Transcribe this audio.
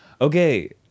okay